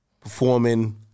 performing